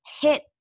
hit